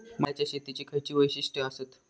मळ्याच्या शेतीची खयची वैशिष्ठ आसत?